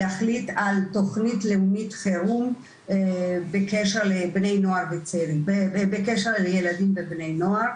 להחליט על תוכנית לאומית חירום בקשר לילדים ובני נוער,